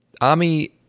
Ami